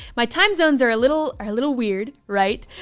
my time zones are a little are a little weird, right.